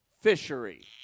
fishery